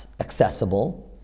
accessible